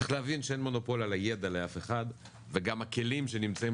צריך להבין שאין מונופול על הידע לאף אחד וגם הכלים שנמצאים